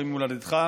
וממולדתך,